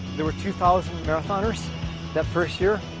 there were two thousand marathoners that first year.